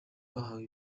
bahawe